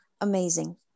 amazing